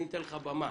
אני אתן לך במה,